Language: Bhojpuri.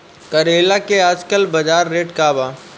करेला के आजकल बजार रेट का बा?